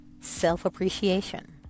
self-appreciation